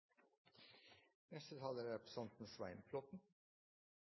Neste taler er representanten